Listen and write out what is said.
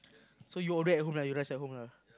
so you all day at home lah you rest at home lah